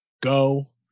go